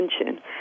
attention